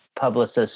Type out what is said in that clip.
publicist